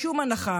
ריסוק הממלכתיות,